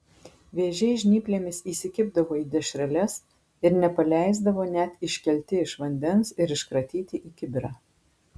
vėžiai žnyplėmis įsikibdavo į dešreles ir nepaleisdavo net iškelti iš vandens ir iškratyti į kibirą